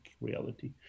reality